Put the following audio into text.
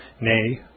nay